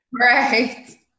Right